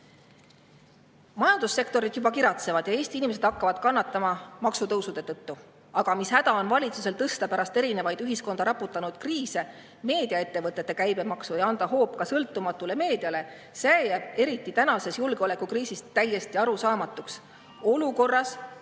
puudu. Majandussektorid juba kiratsevad ja Eesti inimesed hakkavad kannatama maksutõusude tõttu. Aga mis häda on valitsusel tõsta pärast erinevaid ühiskonda raputanud kriise meediaettevõtete käibemaksu ja anda hoop ka sõltumatule meediale, see jääb eriti praeguses julgeolekukriisis täiesti arusaamatuks – olukorras,